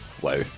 wow